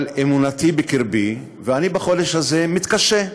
אבל אמונתי בקרבי, ואני, בחודש הזה, מתקשה.